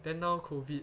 then now COVID